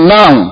now